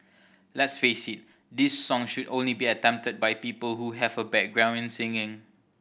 let's face it this song should only be attempted by people who have a background in singing